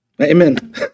Amen